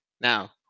now